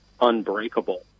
unbreakable